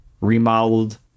remodeled